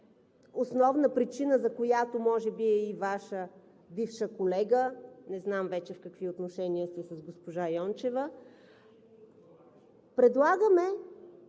основна причина за която може би е и Ваша бивша колега – не знам вече в какви отношения сте с госпожа Йончева. Предлагаме